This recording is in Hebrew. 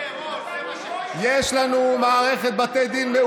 ועכשיו אולי עם שיתוף הפעולה הזה של ביבי-טיבי תחזקו את מערכת בתי הדין.